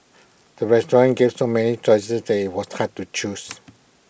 the restaurant gave so many choices that IT was hard to choose